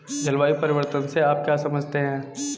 जलवायु परिवर्तन से आप क्या समझते हैं?